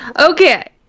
okay